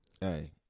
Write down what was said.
Hey